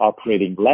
operating